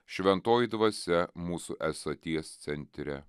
šventoji dvasia mūsų esaties centre